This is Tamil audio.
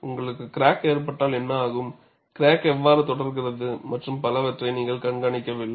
உங்களுக்கு கிராக் ஏற்பட்டால் என்ன ஆகும் கிராக் எவ்வாறு தொடர்கிறது மற்றும் பலவற்றை நீங்கள் கண்காணிக்கவில்லை